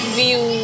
view